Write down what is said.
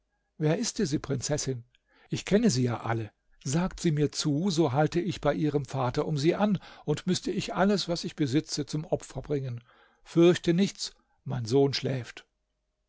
wer ist diese prinzessin ich kenne sie ja alle sagt sie mir zu so halte ich bei ihrem vater um sie an und müßte ich alles was ich besitze zum opfer bringen fürchte nichts mein sohn schläft